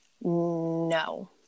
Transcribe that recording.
No